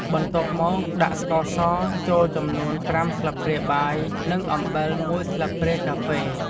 បន្ទាប់់មកដាក់ស្ករស ចូលចំនួន៥ស្លាបព្រាបាយ និងអំបិល១ស្លាបព្រាកាហ្វេ។